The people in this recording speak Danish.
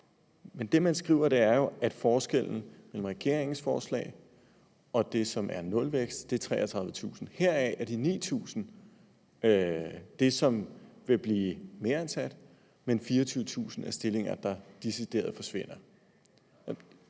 Men det, de skriver, er jo, at forskellen mellem regeringens forslag og det forslag, som betyder nulvækst, er 33.000 stillinger. Heraf er de 9.000 det antal personer, som vil blive meransat, men de 24.000 er stillinger, der decideret forsvinder.